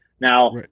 Now